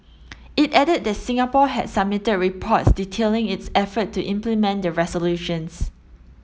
it added that Singapore had submitted reports detailing its effort to implement the resolutions